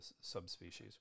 subspecies